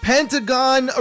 Pentagon